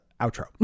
outro